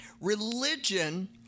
Religion